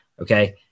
okay